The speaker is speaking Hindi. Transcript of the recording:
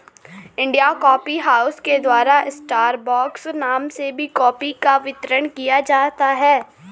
इंडिया कॉफी हाउस के द्वारा स्टारबक्स नाम से भी कॉफी का वितरण किया जाता है